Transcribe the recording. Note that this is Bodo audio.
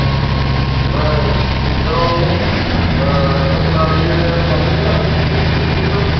अह आत्सा सा ओमफ्राय बेयाव नोंथांमोना बे बाथौनि गासै सिस्टिमखौथ' नुजोबगोन